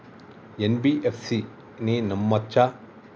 NBFC ని నమ్మచ్చా?